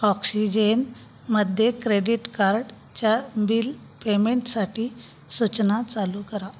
ऑक्सिजेनमध्ये credit कार्डच्या bill पेमेंटसाठी सूचना चालू करा